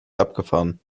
abgefahren